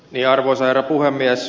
arvoisa herra puhemies